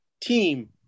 team